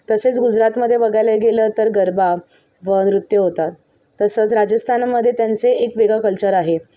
तसेच गुजरातमध्ये बघायला गेलं तर गरबा व नृत्य होतात तसंच राजस्थानामध्ये त्यांचे एक वेगळं कल्चर आहे